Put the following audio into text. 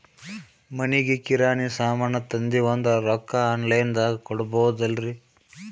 ಮನಿಗಿ ಕಿರಾಣಿ ಸಾಮಾನ ತಂದಿವಂದ್ರ ರೊಕ್ಕ ಆನ್ ಲೈನ್ ದಾಗ ಕೊಡ್ಬೋದಲ್ರಿ?